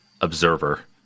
observer